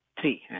three